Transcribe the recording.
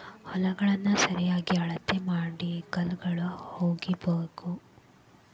ಹೊಲಗಳನ್ನಾ ಸರಿಯಾಗಿ ಅಳತಿ ಮಾಡಿ ಕಲ್ಲುಗಳು ಹುಗಿಬೇಕು